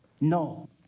no